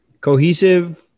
Cohesive